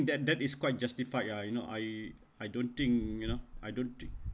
that that is quite justified lah you know I I don't think you know I don't think